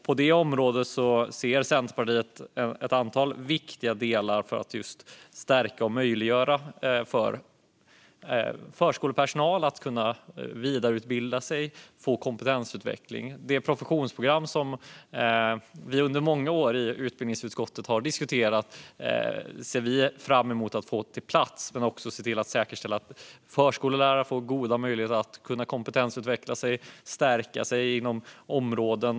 På det området ser Centerpartiet ett antal viktiga delar för att just stärka förskolepersonalen och möjliggöra för dem att vidareutbilda sig och få kompetensutveckling. Det professionsprogram som vi under många år har diskuterat i utbildningsutskottet ser vi fram emot att få på plats. Vi vill också säkerställa att förskollärare får goda möjligheter att kompetensutvecklas och stärka sig inom olika områden.